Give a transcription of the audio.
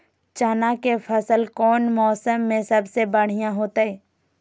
चना के फसल कौन मौसम में सबसे बढ़िया होतय?